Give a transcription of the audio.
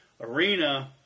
arena